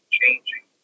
changing